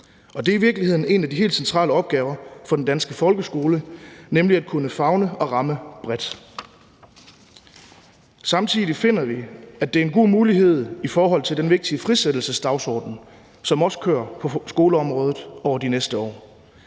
det er i virkeligheden en af de helt centrale opgaver for den danske folkeskole, nemlig at kunne favne og ramme bredt. Samtidig finder vi, at det er en god mulighed i forhold til den vigtige frisættelsesdagsorden, som også kører på skoleområdet over de næste år;